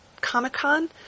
Comic-Con